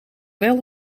wel